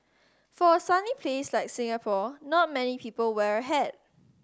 for a sunny place like Singapore not many people wear a hat